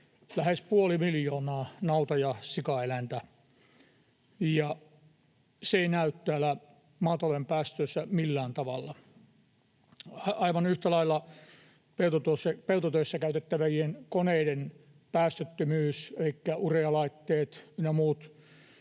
lähes puoli miljoonaa nauta- ja sikaeläintä. Se ei näy täällä maatalouden päästöissä millään tavalla. Aivan yhtä lailla peltotöissä käytettävien koneiden päästöttömyys — elikkä urealaitteet ynnä